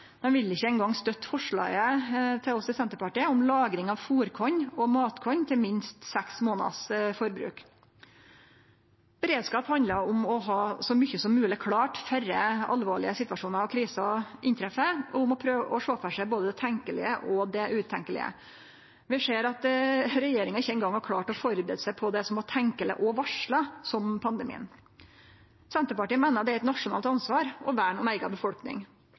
Dei vil ikkje eingong støtte forslaget frå oss i Senterpartiet om lagring av fôrkorn og matkorn til minst seks månaders forbruk. Beredskap handlar om å ha så mykje som mogleg klart før alvorlege situasjonar og kriser inntreffer, og om å sjå for seg både det tenkelege og det utenkelege. Vi ser at regjeringa ikkje eingong har klart å førebu seg på det som var tenkeleg, og varsla, slik som pandemien. Senterpartiet meiner det er eit nasjonalt ansvar å verne om eiga befolkning,